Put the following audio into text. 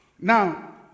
Now